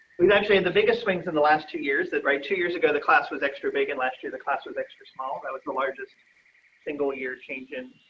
we've actually had the biggest swings in the last two years that right, two years ago, the class was extra big. and last year, the classes extra small, that was the largest single year changing